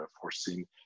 foreseen